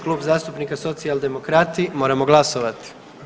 Klub zastupnika Socijaldemokrati moramo glasovati.